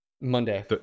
Monday